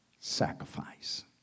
sacrifice